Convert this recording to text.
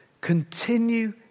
continue